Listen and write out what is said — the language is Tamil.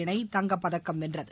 இணை தங்கப்பதக்கம் வென்றது